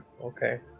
Okay